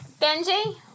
Benji